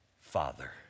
Father